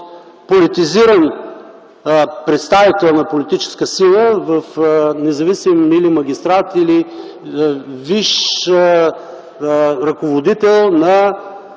политизиран представител на политическа сила в независим или магистрат, или висш ръководител на